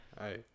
hey